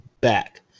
back